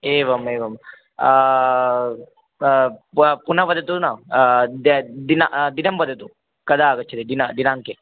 एवम् एवं प पुनः वदतु न दे दिनं दिनं वदतु कदा आगच्छति दिनं दिनाङ्के